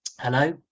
Hello